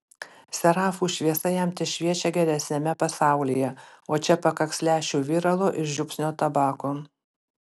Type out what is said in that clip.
serafų šviesa jam tešviečia geresniame pasaulyje o čia pakaks lęšių viralo ir žiupsnio tabako